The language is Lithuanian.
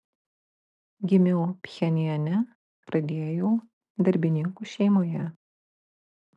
gimiau pchenjane pradėjau darbininkų šeimoje